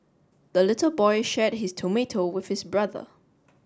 the little boy shared his tomato with his brother